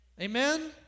Amen